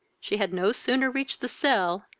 she had no sooner reached the cell,